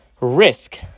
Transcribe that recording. risk